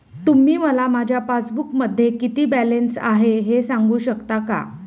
तुम्ही मला माझ्या पासबूकमध्ये किती बॅलन्स आहे हे सांगू शकता का?